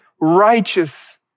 righteous